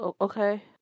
Okay